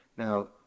Now